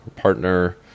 partner